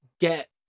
get